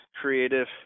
creative